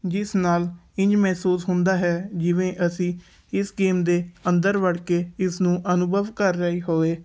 ਜਿਸ ਨਾਲ਼ ਇੰਝ ਮਹਿਸੂਸ ਹੁੰਦਾ ਹੈ ਜਿਵੇਂ ਅਸੀਂ ਇਸ ਗੇਮ ਦੇ ਅੰਦਰ ਵੜ ਕੇ ਇਸ ਨੂੰ ਅਨੁਭਵ ਕਰ ਰਹੇ ਹੋਵੇ